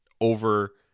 over